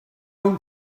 own